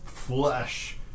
flesh